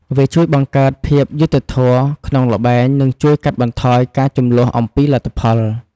វាជួយបង្កើតភាពយុត្តិធម៌ក្នុងល្បែង និងជួយកាត់បន្ថយការជម្លោះអំពីលទ្ធផល។